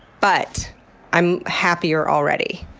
but i'm happier already.